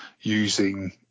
using